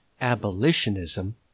abolitionism